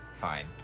fine